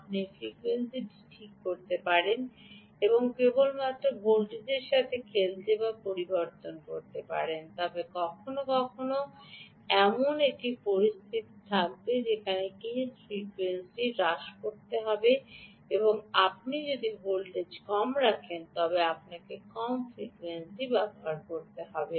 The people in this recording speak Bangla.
আপনি ফ্রিকোয়েন্সিটি ঠিক করতে পারেন এবং কেবলমাত্র ভোল্টেজের সাথে খেলতে বা পরিবর্তন করতে পারেন তবে কখনও কখনও এটি এমন পরিস্থিতিতে থাকে কেস ফ্রিকোয়েন্সিও হ্রাস করতে হবে আপনি যদি ভোল্টেজ কম রাখেন তবে আপনাকে কম ফ্রিকোয়েন্সি কম করতে হবে